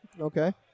Okay